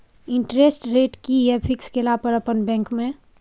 Interest rate कि ये fix केला पर अपन बैंक में?